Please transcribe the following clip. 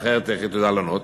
אחרת איך היא תדע לענות?